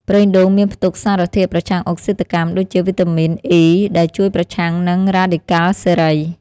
ប្រេងដូងមានផ្ទុក សារធាតុប្រឆាំងអុកស៊ីតកម្ម ដូចជា វីតាមីន អុី (E) ដែលជួយប្រឆាំងនឹងរ៉ាឌីកាល់សេរី។